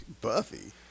Buffy